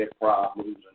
problems